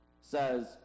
says